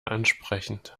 ansprechend